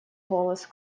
голос